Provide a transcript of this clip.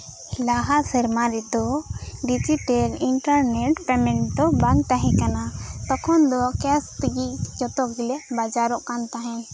ᱞᱟᱦᱟ ᱥᱮᱨᱢᱟ ᱨᱮᱫᱚ ᱰᱤᱡᱤᱴᱮᱞ ᱤᱱᱴᱟᱨ ᱱᱮᱴ ᱯᱮᱢᱮᱸᱴ ᱫᱚ ᱵᱟᱝ ᱛᱟᱦᱮᱸ ᱠᱟᱱᱟ ᱛᱚᱠᱷᱚᱱ ᱫᱚ ᱠᱮᱥ ᱛᱮᱜᱮ ᱡᱚᱛᱚ ᱜᱮᱞᱮ ᱵᱟᱡᱟᱨᱚᱜ ᱠᱟᱱ ᱛᱟᱦᱮᱱ